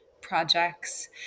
projects